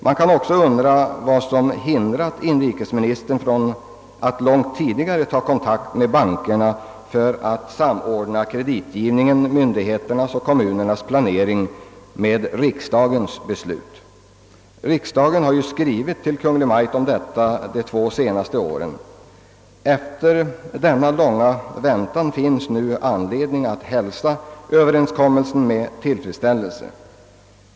Man kan också undra vad som hindrat inrikesministern från att långt tidigare ta kontakt med bankerna för att samordna kreditgivningen, myndigheternas och kommunernas planering med riksdagens beslut. Riksdagen har ju skrivit till Kungl. Maj:t om detta de två senaste åren. Efter denna långa väntan finns det nu anledning att hälsa överenskommelsen med tillfredsställelse.